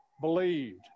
believed